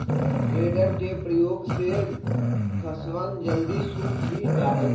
tedder के प्रयोग से घसवन जल्दी सूख भी जाहई